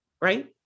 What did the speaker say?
Right